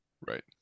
Right